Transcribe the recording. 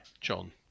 John